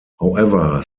however